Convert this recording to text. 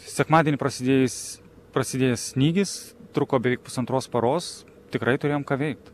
sekmadienį prasidėjęs prasidėjęs snygis truko beveik pusantros paros tikrai turėjom ką veikt